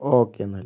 okay എന്നാല്